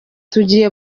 tugiye